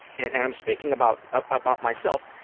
and and i'm speaking about ah about myself,